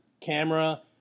camera